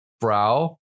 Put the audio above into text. brow